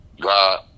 God